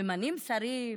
ממנים שרים,